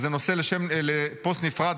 נושא לפוסט נפרד,